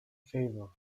favour